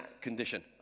condition